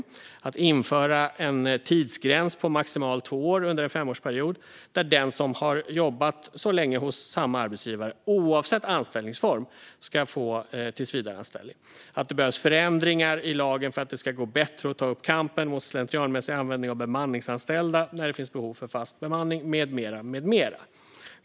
Det handlar om att införa en tidsgräns på maximalt två år under en femårsperiod - den som har jobbat så länge hos samma arbetsgivare ska, oavsett anställningsform, få tillsvidareanställning. Det behövs också, bland mycket annat, förändringar i lagen för att det ska gå bättre att ta upp kampen mot slentrianmässig användning av bemanningsanställda när det finns behov av fast bemanning.